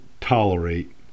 tolerate